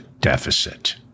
deficit